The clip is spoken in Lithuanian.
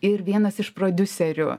ir vienas iš prodiuserių